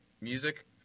music